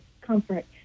comfort